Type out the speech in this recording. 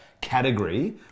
category